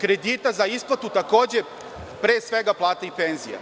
kredita za isplatu, pre svega, plata i penzija.